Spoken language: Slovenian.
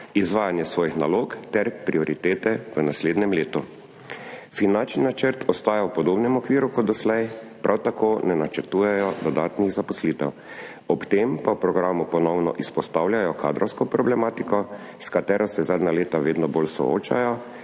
izvajanje svojih nalog ter prioritete v naslednjem letu. Finančni načrt ostaja v podobnem okviru kot doslej, prav tako ne načrtujejo dodatnih zaposlitev. Ob tem pa v programu ponovno izpostavljajo kadrovsko problematiko, s katero se zadnja leta vedno bolj soočajo,